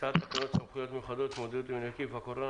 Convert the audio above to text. הצעת תקנות סמכויות מיוחדות להתמודדות עם נגיף הקורונה